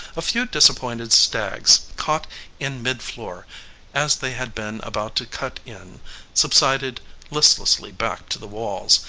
a few disappointed stags caught in midfloor as they had been about to cut in subsided listlessly back to the walls,